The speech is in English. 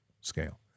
scale